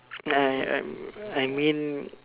ya I mean